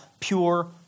pure